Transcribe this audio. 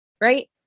right